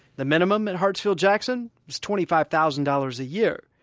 the minimum at hartsfield-jackson is twenty five thousand dollars a year